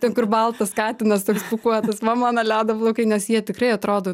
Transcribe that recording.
ten kur baltas katinas toks pūkuotas va mano ledo plaukai nes jie tikrai atrodo